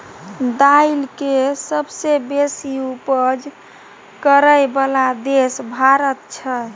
दाइल के सबसे बेशी उपज करइ बला देश भारत छइ